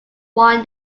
won